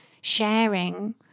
sharing